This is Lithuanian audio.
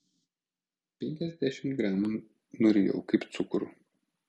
penkiasdešimt gramų nurijau kaip cukrų